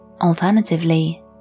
Alternatively